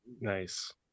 Nice